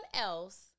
else